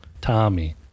Tommy